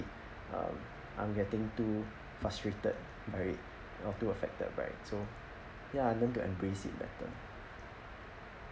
um I'm getting too frustrated by it or too affected by it so ya I learned to embrace it better